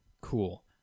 cool